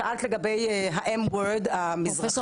שאלת לגבי ה-M WORD המזרחי --- פרופסור